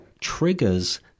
triggers